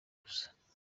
busa